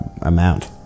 amount